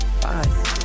bye